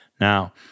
Now